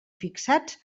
fixats